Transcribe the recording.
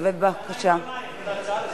בוא נמשיך, בואו ניתן לדברים להתנהל.